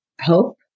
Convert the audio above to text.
hope